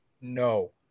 No